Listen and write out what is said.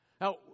Now